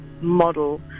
model